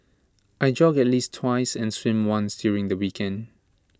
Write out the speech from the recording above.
I jog at least twice and swim once during the weekend